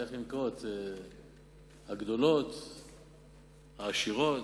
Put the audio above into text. הגדולות, העשירות.